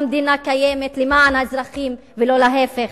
המדינה קיימת למען האזרחים ולא להיפך,